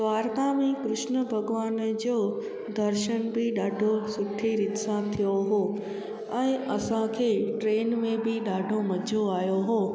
द्वारका में कृष्ण भॻिवान जो दर्शन बि ॾाढो सुठी रीति सां थियो हुओ ऐं असांखे ट्रेन में बि ॾाढो मज़ो आहियो हुओ